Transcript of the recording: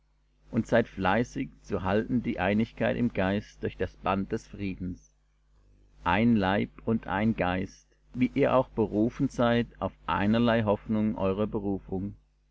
und seid fleißig zu halten die einigkeit im geist durch das band des friedens ein leib und ein geist wie ihr auch berufen seid auf einerlei hoffnung eurer berufung